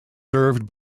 served